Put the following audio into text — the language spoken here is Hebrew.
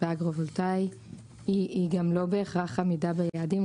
באגרו-וולטאי; היא גם לא בהכרח עמידה ביעדים,